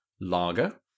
lager